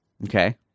okay